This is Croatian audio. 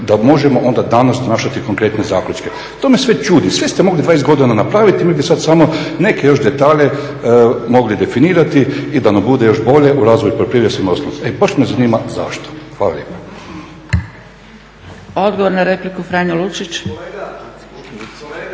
da možemo onda danas donašati konkretne zaključke. To me sve čudi, sve ste mogli 20 godina napraviti mi bi sada samo neke još detalje mogli definirati i da nam bude još bolje u razvoju poljoprivrede i svemu ostalom. E baš me zanima zašto. Hvala lijepa. **Zgrebec, Dragica